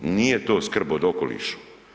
Nije to skrb o okolišu.